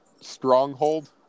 stronghold